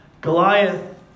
Goliath